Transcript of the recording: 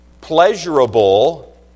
pleasurable